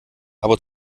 aber